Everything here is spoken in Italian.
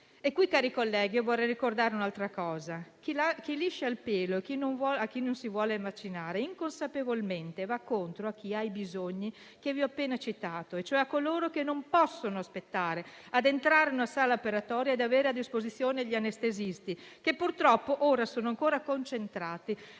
E qui, cari colleghi, vorrei ricordare un'altra cosa. Chi liscia il pelo a chi non si vuole vaccinare inconsapevolmente va contro chi ha i bisogni che ho appena accettato, cioè coloro che non possono aspettare di entrare in una sala operatoria e di avere a disposizione gli anestesisti, che purtroppo sono ancora concentrati